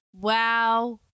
wow